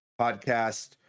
podcast